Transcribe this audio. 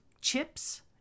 chips